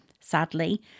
sadly